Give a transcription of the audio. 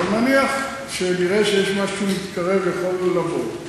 אבל נניח שנראה שיש משהו מתקרב, יכולנו לבוא.